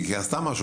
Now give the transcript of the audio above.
היא עשתה משהו,